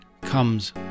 comes